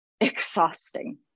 exhausting